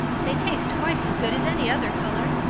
they taste twice as good as any other color.